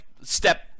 step